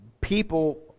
people